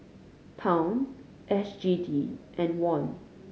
Pound S G D and Won